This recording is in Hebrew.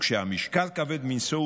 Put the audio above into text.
וכשהמשקל כבד מנשוא,